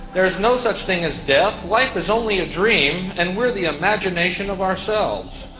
there's no such thing as death, life is only a dream, and we are the imagination of ourselves.